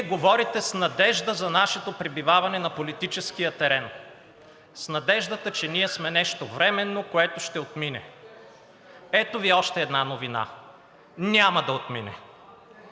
говорите с надежда за нашето пребиваване на политическия терен, с надеждата, че ние сме нещо временно, което ще отмине. Ето Ви още една новина – няма да отмине.